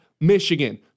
Michigan